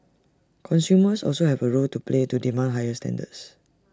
consumers also have A role to play to demand higher standards